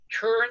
turn